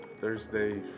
Thursday